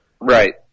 Right